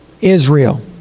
Israel